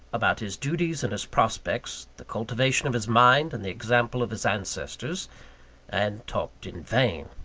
about his duties and his prospects, the cultivation of his mind, and the example of his ancestors and talked in vain.